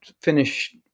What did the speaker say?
finish